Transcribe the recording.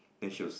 she would say